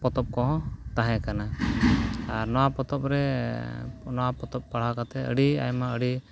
ᱯᱚᱛᱚᱵᱽ ᱠᱚ ᱛᱟᱦᱮᱸ ᱠᱟᱱᱟ ᱱᱚᱣᱟ ᱯᱚᱛᱚᱵᱽ ᱨᱮ ᱱᱚᱣᱟ ᱯᱚᱛᱚᱵᱽ ᱯᱟᱲᱦᱟᱣ ᱠᱟᱛᱮᱫ ᱟᱹᱰᱤ ᱟᱭᱢᱟ ᱟᱹᱰᱤ